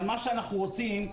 אבל מה שאנחנו רוצים,